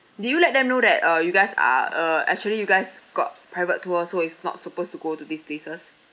did you let them know that uh you guys are uh actually you guys got private tour so it's not supposed to go to these places